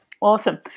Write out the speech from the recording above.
awesome